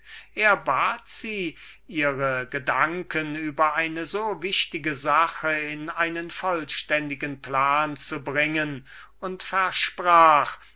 er bat sie ihre gedanken über diese wichtige sache in einen vollständigen plan zu bringen und versprach